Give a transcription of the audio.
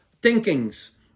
Thinkings